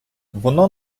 воно